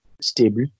stable